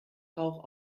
rauch